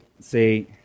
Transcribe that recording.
say